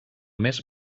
més